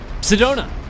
Sedona